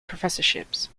professorships